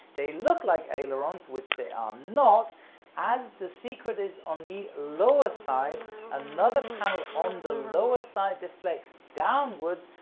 they look like ailerons, which they are not as the secret is on the lower side another panel on the lower side deflects downwards,